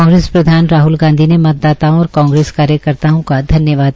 कांग्रेस प्रधान राहल गांधी ने मतदाताओं और कांग्रेस कार्यकर्ताओं का धन्यवाद किया